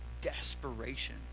desperation